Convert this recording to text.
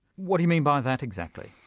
what do you mean by that exactly.